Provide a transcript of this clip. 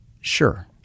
sure